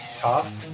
tough